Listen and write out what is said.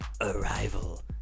Arrival